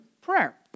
prayer